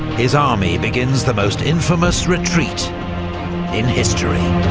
his army begins the most infamous retreat in history.